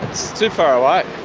it's too far away.